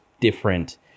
different